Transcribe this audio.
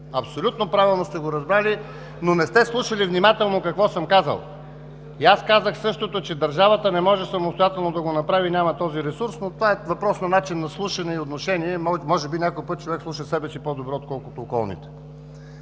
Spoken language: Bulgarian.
Абсолютно правилно сте разбрали, но не сте слушали внимателно какво съм казал! Казах същото – че държавата не може самостоятелно да го направи, няма този ресурс. Това обаче е въпрос на начин на слушане и отношение. Може би понякога човек слуша себе си по-добре, отколкото околните.